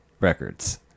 records